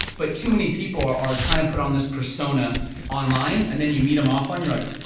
but too many people are are trying to put on this persona online, and then, you meet em offline, you're like,